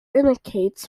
indicates